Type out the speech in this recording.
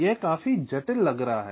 यह काफी जटिल लग रहा है